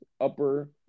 upper